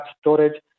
storage